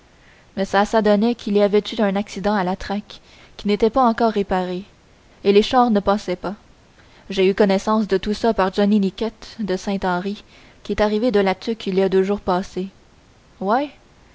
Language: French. mais ça s'adonnait qu'il y avait eu un accident à la track qui n'était pas encore réparée et les chars ne passaient pas j'ai eu connaissance de tout ça par johnny niquette de saint henri qui est arrivé de la tuque il y a deux jours passés ouais